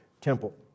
temple